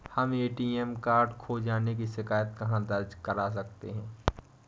हम ATM card खो जाने की शिकायत कहाँ दर्ज कर सकते हैं?